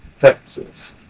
Texas